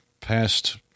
past